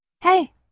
Hey